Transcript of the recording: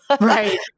Right